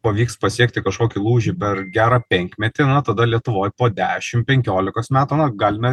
pavyks pasiekti kažkokį lūžį per gerą penkmetį na tada lietuvoj po dešim penkiolikos metų na galime